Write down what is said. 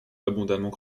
abondamment